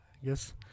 yes